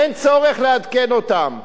אין צורך לעדכן אותם.